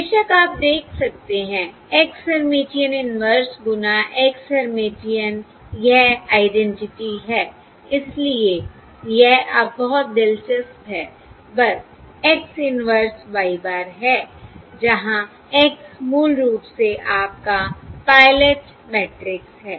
बेशक आप देख सकते हैं X हर्मिटियन इन्वर्स गुना X हर्मिटियन यह आइडेंटिटी है इसलिए यह अब बहुत दिलचस्प है बस X इन्वर्स Y bar है जहां X मूल रूप से आपका पायलट मैट्रिक्स है